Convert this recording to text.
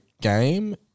game